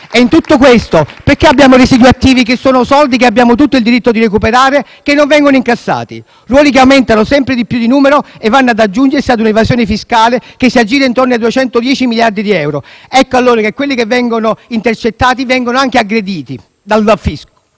In tutto questo, perché abbiamo residui attivi, che sono soldi che abbiamo tutto il diritto di recuperare, che non vengono incassati? I ruoli aumentano sempre più di numero e vanno ad aggiungersi a un'evasione fiscale che si aggira intorno ai 210 miliardi di euro. Ecco allora che quelli che vengono intercettati vengono anche aggrediti dal fisco.